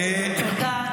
נגמר לו הזמן.